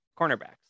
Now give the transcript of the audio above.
cornerbacks